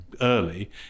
early